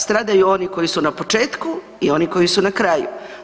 Stradaju oni koji su na početku i oni koji su na kraju.